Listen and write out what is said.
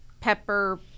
pepper